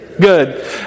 Good